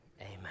amen